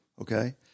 Okay